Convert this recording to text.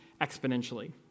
exponentially